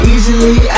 Easily